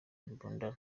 imbunda